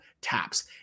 taps